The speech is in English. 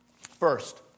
First